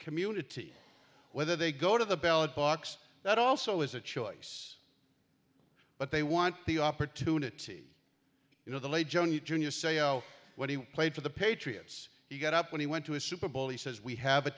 community whether they go to the ballot box that also is a choice but they want the opportunity you know the late john yoo jr say oh when he played for the patriots he got up when he went to a super bowl he says we have a